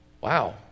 Wow